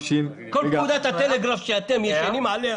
כל פקודת הטלגרף שאתם "ישנים" עליה